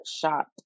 shot